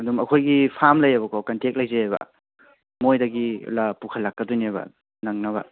ꯑꯗꯨꯝ ꯑꯩꯈꯣꯏꯒꯤ ꯐꯥꯝ ꯂꯩꯑꯦꯕꯀꯣ ꯀꯟꯇꯦꯛ ꯂꯩꯖꯩꯌꯦꯕ ꯃꯣꯏꯗꯒꯤ ꯄꯨꯈꯠꯂꯛꯀꯗꯣꯏꯅꯦꯕ ꯅꯪꯅꯕ